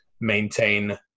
maintain